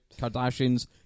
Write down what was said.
Kardashians